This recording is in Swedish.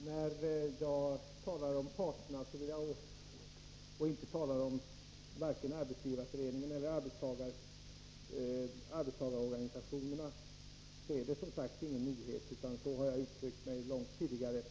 Fru talman! När jag talar om parterna och inte nämner vare sig Arbetsgivareföreningen eller arbetstagarorganisationerna är detta inte sagt som någon nyhet. Så har jag uttryckt mig långt tidigare.